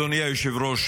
אדוני היושב-ראש,